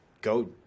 go